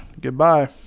Goodbye